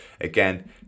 again